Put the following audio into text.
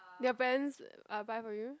their Vans I buy for you